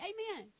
Amen